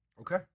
Okay